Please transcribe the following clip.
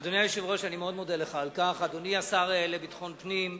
אדוני היושב-ראש, אדוני השר לביטחון פנים,